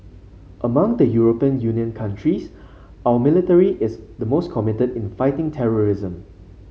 among the European Union countries our military is the most committed in fighting terrorism